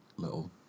Little